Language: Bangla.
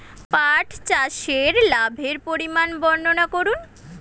পাঠ চাষের লাভের পরিমান বর্ননা করুন?